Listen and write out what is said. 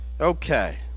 Okay